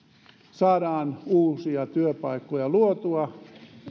saadaan uusia työpaikkoja luotua